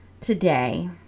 today